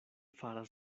faras